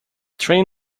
train